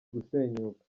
gusenyuka